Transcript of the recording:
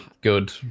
good